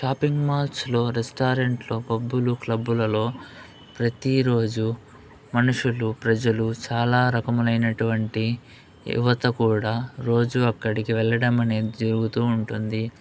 shopping మాల్స్లో రెస్టారెంట్లో పబ్బులు క్లబ్బులలో ప్రతిరోజు మనుషులు ప్రజలు చాలా రకములైనటువంటి యువత కూడా రోజు అక్కడికి వెళ్లడం అనేది జరుగుతూ ఉంటుంది